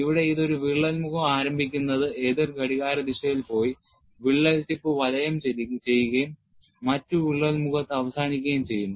ഇവിടെ ഇത് ഒരു വിള്ളൽ മുഖം ആരംഭിക്കുന്നത് എതിർ ഘടികാരദിശയിൽ പോയി വിള്ളൽ ടിപ്പ് വലയം ചെയ്യുകയും മറ്റ് വിള്ളൽ മുഖത്ത് അവസാനിക്കുകയും ചെയ്യുന്നു